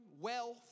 wealth